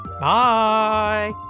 Bye